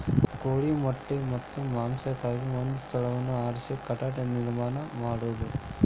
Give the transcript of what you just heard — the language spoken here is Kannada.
ಕೋಳಿಯ ಮೊಟ್ಟೆ ಮತ್ತ ಮಾಂಸಕ್ಕಾಗಿ ಒಂದ ಸ್ಥಳವನ್ನ ಆರಿಸಿ ಕಟ್ಟಡಾ ನಿರ್ಮಾಣಾ ಮಾಡುದು